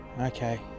okay